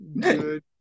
Good